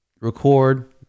record